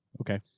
Okay